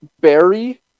Barry